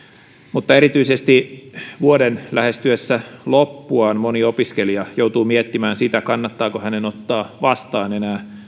mutta erityisesti vuoden lähestyessä loppuaan moni opiskelija joutuu miettimään kannattaako hänen ottaa vastaan enää